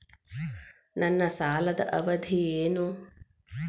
ನನ್ನ ಸಾಲದ ಅವಧಿ ಏನು?